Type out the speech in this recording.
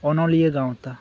ᱚᱱᱚᱞᱤᱭᱟᱹ ᱜᱟᱶᱛᱟ